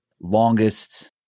longest